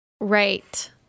Right